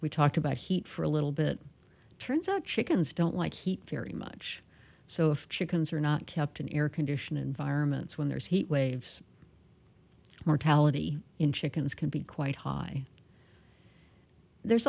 we talked about heat for a little bit turns out chickens don't like heat very much so if chickens are not kept in air conditioned environments when there's heat waves mortality in chickens can be quite high there's